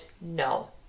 no